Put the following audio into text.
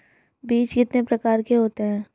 बीज कितने प्रकार के होते हैं?